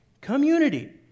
Community